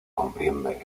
comprende